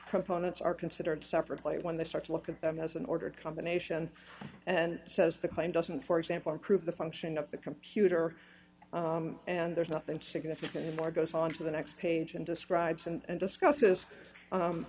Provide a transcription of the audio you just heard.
proponents are considered separately when they start to look at them as an ordered combination and says the claim doesn't for example improve the function of the computer and there's nothing significant or goes onto the next page and describes and discuss